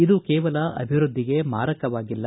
ಇದು ಕೇವಲ ಅಭಿವೃದ್ಧಿಗೆ ಮಾರಕವಾಗಿಲ್ಲ